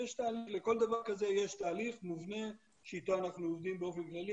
לכל דבר כזה יש תהליך מובנה שאיתו אנחנו עובדים באופן כללי,